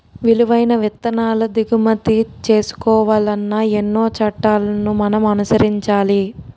విలువైన విత్తనాలు దిగుమతి చేసుకోవాలన్నా ఎన్నో చట్టాలను మనం అనుసరించాలి